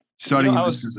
starting